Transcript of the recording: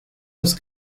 los